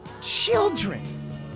children